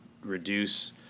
reduce